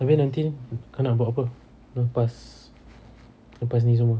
abeh nanti kau nak buat apa lepas lepas ni semua